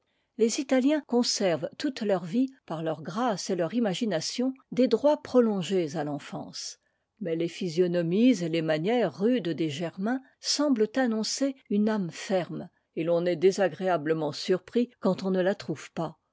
les italiens conservent toute leur vie par leur grâce et leur imagination des droits pro on'gés à l'enfance mais les physionomies et les manières rudes des germains semblent annoncer une âme ferme et l'on est dësagréablement surpris quand on ne la trouve pas